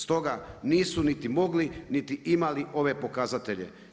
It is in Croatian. Stoga nisu niti mogli niti imali ove pokazatelje.